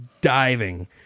diving